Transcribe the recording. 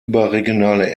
überregionale